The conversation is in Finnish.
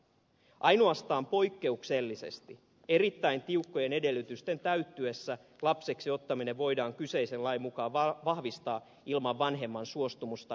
ainoastaan poikkeuksellisesti erittäin tiukkojen edellytysten täyttyessä lapseksi ottaminen voidaan kyseisen lain mukaan vahvistaa ilman vanhemman suostumusta